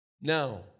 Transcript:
Now